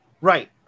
Right